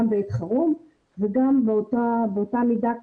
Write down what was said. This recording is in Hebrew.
גם בעת חירום ובאותה מידה,